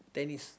tennis